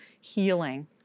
healing